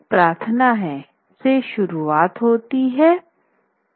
एक प्रार्थना है से शुरूवात होती है ठीक है